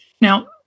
Now